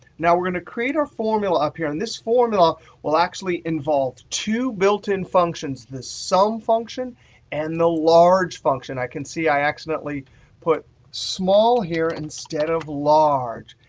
now, we're going to create our formula up here. and this formula will actually involve two built-in functions the sum function and the large function. i can see i accidentally put small here instead of large.